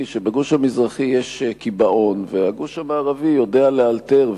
הוא שבגוש המזרחי יש קיבעון והגוש המערבי יודע לאלתר,